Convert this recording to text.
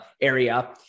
area